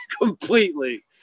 Completely